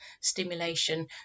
stimulation